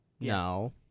No